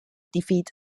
defeat